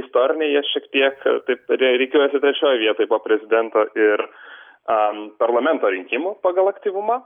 istoriniai jie šiek tiek taip rikiuojasitrečioj vietoje po prezidento ir a parlamento rinkimų pagal aktyvumą